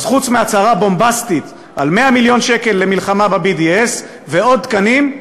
אז חוץ מהצהרה בומבסטית על 100 מיליון שקל למלחמה ב-BDS ועוד תקנים,